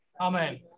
Amen